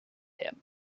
him